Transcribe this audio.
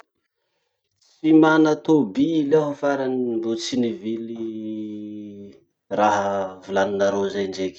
Tsy mana tobily aho farany mbo tsy nivily raha volaninareo zay ndraiky.